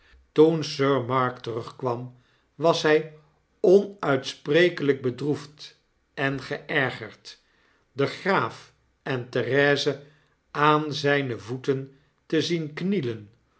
toen sir mark terugkwam was hy onuitsprekelrjk bedroefd en geergerd den graaf en therese aan zpe voeten te zien knielen